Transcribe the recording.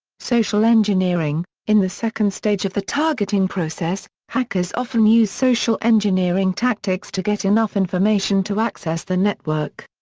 social engineering in the second stage of the targeting process, hackers often use social engineering tactics to get enough information to access the network.